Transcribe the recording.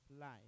life